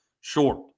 short